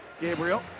Gabriel